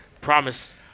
promise